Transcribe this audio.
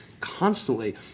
constantly